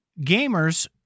gamers